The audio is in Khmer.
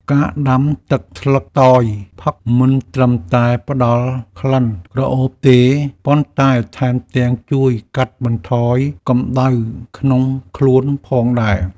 ការដាំទឹកស្លឹកតយផឹក មិនត្រឹមតែផ្តល់ក្លិនក្រអូបទេ ប៉ុន្តែថែមទាំងជួយកាត់បន្ថយកម្តៅក្នុងខ្លួនផងដែរ។